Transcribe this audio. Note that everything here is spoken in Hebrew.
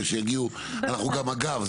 אגב,